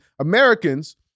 Americans